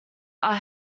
are